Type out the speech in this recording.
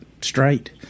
straight